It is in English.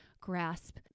grasp